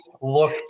look